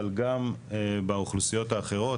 אבל גם באוכלוסיות האחרות,